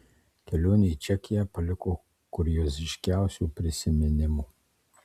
kelionė į čekiją paliko kurioziškiausių prisiminimų